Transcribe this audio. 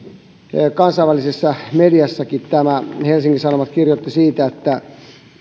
kansainvälisessä mediassakin tämä ja helsingin sanomat kirjoitti siitä että